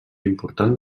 important